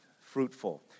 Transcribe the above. fruitful